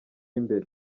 imbere